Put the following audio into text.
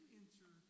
enter